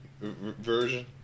version